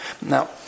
Now